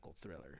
thriller